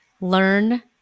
learn